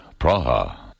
Praha